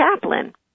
chaplain